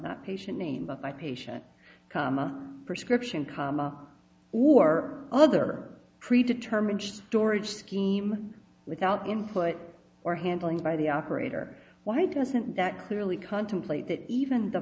not patient name but by patient comma prescription comma or other pre determined storage scheme without input or handling by the operator why doesn't that clearly contemplate that even the